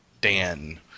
Dan